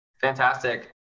Fantastic